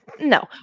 No